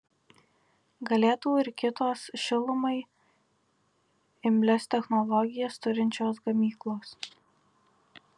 galėtų ir kitos šilumai imlias technologijas turinčios gamyklos